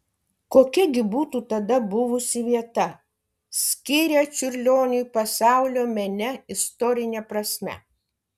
kokia gi būtų tada buvusi vieta skiria čiurlioniui pasaulio mene istorine prasme